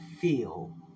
feel